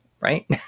right